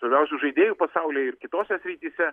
svarbiausių žaidėjų pasaulyje ir kitose srityse